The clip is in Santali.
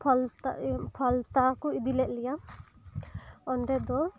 ᱯᱷᱚᱞᱛᱟ ᱤᱭᱟᱹ ᱯᱷᱟᱞᱛᱟ ᱠᱚ ᱤᱫᱤ ᱞᱮᱫ ᱞᱮᱭᱟ ᱚᱸᱰᱮ ᱫᱚ